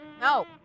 no